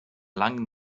langen